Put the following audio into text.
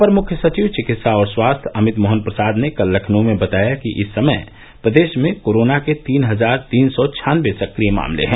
अपर मुख्य सचिव चिकित्सा और स्वास्थ्य अमित मोहन प्रसाद ने कल लखनऊ में बताया कि इस समय प्रदेश में कोरोना के तीन हजार तीन सौ छान्नबे सक्रिय मामले हैं